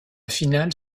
finale